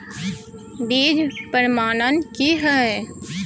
बीज प्रमाणन की हैय?